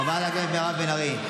חברת הכנסת מירב בן ארי,